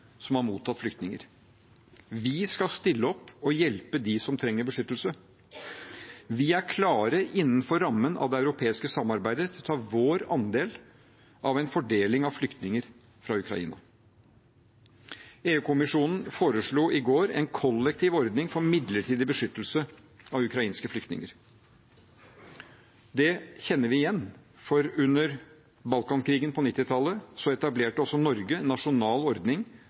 som nå har mottatt flyktninger, at vi skal stille opp og hjelpe dem som trenger beskyttelse, og at vi er klare – innenfor rammen av det europeiske samarbeidet – til å ta vår andel av en fordeling av flyktninger fra Ukraina. EU-kommisjonen foreslo i går en kollektiv ordning for midlertidig beskyttelse av ukrainske flyktninger. Det kjenner vi igjen, for under Balkan-krigen på 1990-tallet etablerte også Norge en nasjonal ordning